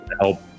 help